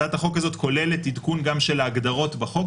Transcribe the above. הצעת החוק הזאת כוללת עדכון גם של ההגדרות בחוק.